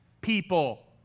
people